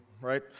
right